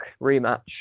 rematch